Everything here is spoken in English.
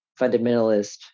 fundamentalist